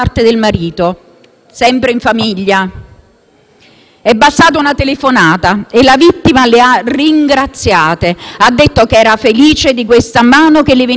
È bastata una telefonata e la vittima le ha ringraziate. Ha detto che era felice di questa mano che le veniva finalmente tesa. Facciamo quindi appello